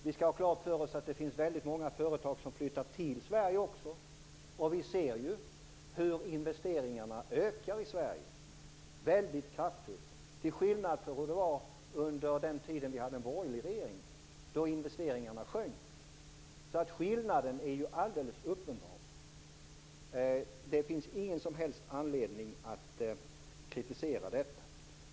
Vi skall ha klart för oss att det också finns många företag som flyttar till Sverige. Vi ser ju också hur investeringarna i Sverige ökar väldigt kraftfullt, till skillnad från hur det var under den tid vi hade en borgerlig regering, då investeringarna minskade. Skillnaden är helt uppenbar. Det finns ingen som helst anledning att kritisera detta.